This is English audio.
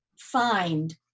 find